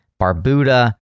Barbuda